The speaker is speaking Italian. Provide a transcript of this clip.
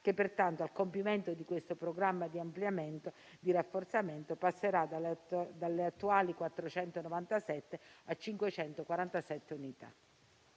che pertanto, al compimento di questo programma di ampliamento e rafforzamento, passerà dalle attuali 497 a 547 unità.